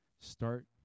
Start